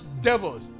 devils